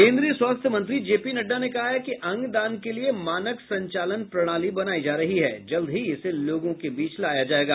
केन्द्रीय स्वास्थ्य मंत्री जे पी नेड्डा ने कहा है कि अंगदान के लिए मानक संचालन प्रणाली बनायी जा रही है जल्द ही इसे लोगों के बीच लाया जायेगा